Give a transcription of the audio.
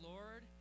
Lord